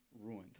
ruined